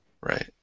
Right